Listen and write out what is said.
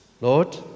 Lord